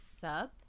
sub